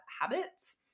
habits